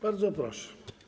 Bardzo proszę.